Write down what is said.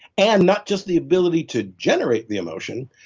and not just the ability to generate the emotion,